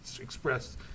expressed